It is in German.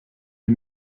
die